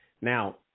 Now